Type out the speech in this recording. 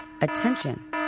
Attention